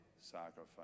sacrifice